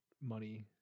Money